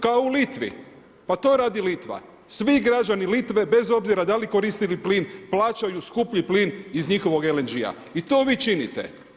Kao u Litvi, pa to radi Litva, svi građani Litve, bez obzira da li koristili plin, plaćaju skuplji plin iz njihovog LNG-a i to vi činite.